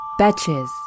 Betches